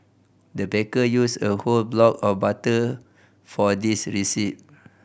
the baker used a whole block of butter for this recipe